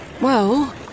Well